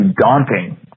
daunting